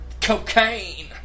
cocaine